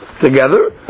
together